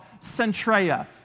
Centrea